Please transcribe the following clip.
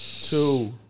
two